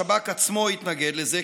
גם השב"כ עצמו התנגד לזה,